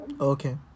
Okay